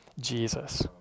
Jesus